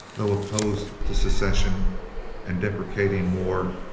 though opposed to secession and deprecating war,